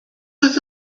oedd